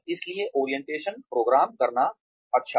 इसलिए orientation programme करना अच्छा है